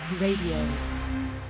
Radio